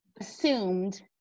assumed